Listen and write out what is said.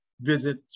visit